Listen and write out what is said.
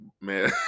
man